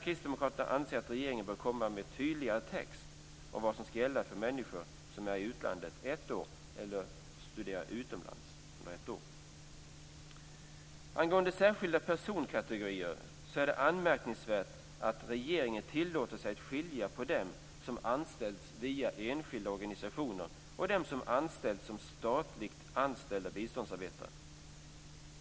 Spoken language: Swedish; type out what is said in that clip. Kristdemokraterna anser att regeringen bör komma med en tydligare text av vad som ska gälla för människor som är i utlandet under ett år eller studerar utomlands under ett år. Angående särskilda personkategorier är det anmärkningsvärt att regeringen tillåter sig att skilja på dem som anställts via enskilda organisationer och dem som anställts som statliga biståndsarbetare.